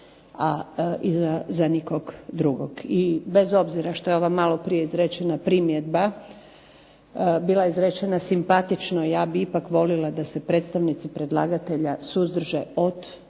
i nikog drugog. Bez obzira što je ova malo prije izrečena primjedba bila izrečena simpatično, ja bih ipak volila da se predstavnici predlagatelja suzdrže od